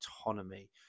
autonomy